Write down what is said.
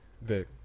Vic